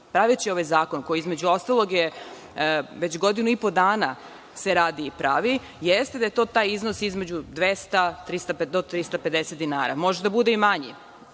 praveći ovaj zakon koji između ostalog je već godinu i po dana se radi i pravi, jeste da je to taj iznos između 200 do 350 dinara. Može da bude i manji.